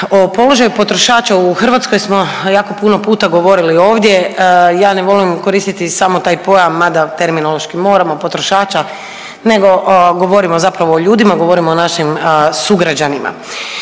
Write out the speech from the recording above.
o položaju potrošača u Hrvatskoj smo jako puno puta govorili ovdje. Ja ne volim koristiti samo taj pojam mada terminološki moramo potrošača, nego govorimo zapravo o ljudima, govorimo o našim sugrađanima.